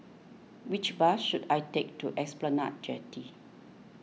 which bus should I take to Esplanade Jetty